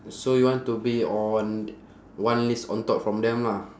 so you want to be on one lift on top from them lah